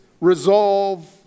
resolve